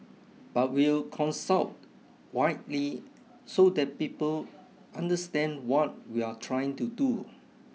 but we'll consult widely so that people understand what we're trying to do